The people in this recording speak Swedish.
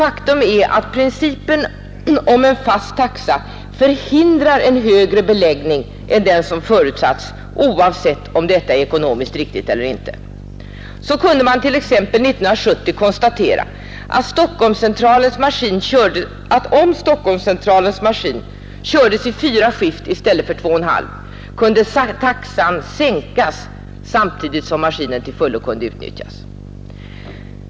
Faktum är att principen om en fast taxa förhindrar en högre beläggning än den som förutsatts, oavsett om detta är ekonomiskt riktigt eller ej. Man kunde t.ex. år 1970 konstatera att om Stockholmscentralens maskin kördes i fyra skift i stället för i två och ett halvt kunde taxan sänkas samtidigt som maskinen till fullo kunde utnyttjas.